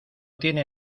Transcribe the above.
tiene